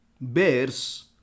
bears